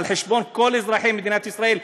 על חשבון כל אזרחי מדינת ישראל,